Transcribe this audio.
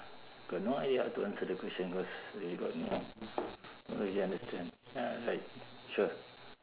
got no idea how to answer the question cause you got no don't really understand ya like sure